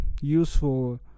useful